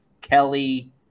Kelly